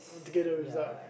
to get the result